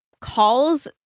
calls